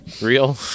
real